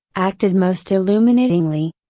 acted most illuminatingly.